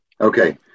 Okay